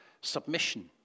submission